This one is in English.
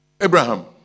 Abraham